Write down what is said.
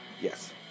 Yes